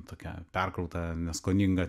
tokia perkrauta neskoninga